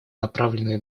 направленные